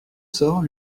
sort